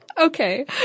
Okay